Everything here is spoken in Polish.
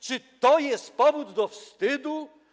Czy to jest powód do wstydu?